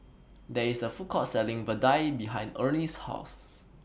There IS A Food Court Selling Vadai behind Ernie's House